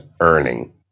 earning